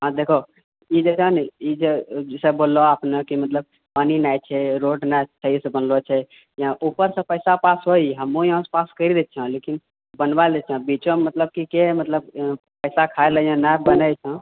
हँ देखऽ ई जे छै न ई जे सभ बोललऔ अपनेकि मतलब पानी नहि छै रोड नहि छै ईसभ बनलऔ छै ऊपरसँ पैसा पास होइए हमहु यहाँसँ पास करि दैत छियै लेकिन बनवाय लय छै बीचेमऽ के मतलब पैसा खाय लयए नहि बनैत छै